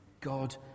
God